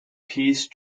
peace